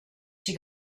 she